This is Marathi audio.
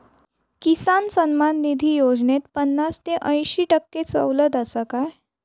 किसान सन्मान निधी योजनेत पन्नास ते अंयशी टक्के सवलत आसा काय?